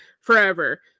forever